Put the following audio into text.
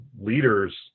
Leaders